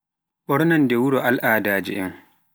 ɓornande wuro e al'adaje men.